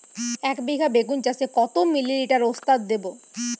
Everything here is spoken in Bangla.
একবিঘা বেগুন চাষে কত মিলি লিটার ওস্তাদ দেবো?